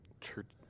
church